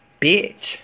bitch